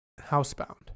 housebound